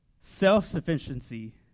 self-sufficiency